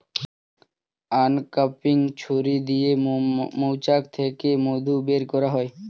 uncapping ছুরি দিয়ে মৌচাক থেকে মধু বের করা হয়